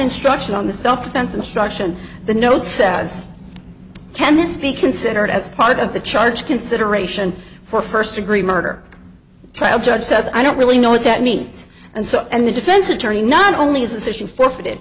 instruction on the self defense and struction the note says can this be considered as part of the charge consideration for first degree murder trial judge says i don't really know what that means and so and the defense attorney not only is assisting forfeited